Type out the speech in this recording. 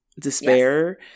despair